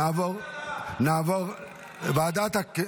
ועדת הכלכלה.